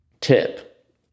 tip